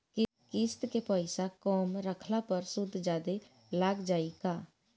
किश्त के पैसा कम रखला पर सूद जादे लाग जायी का?